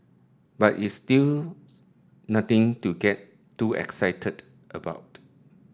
but it's still nothing to get too excited about